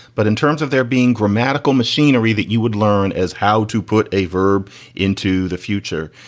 but in terms of there being grammatical machinery that you would learn as how to put a verb into the future?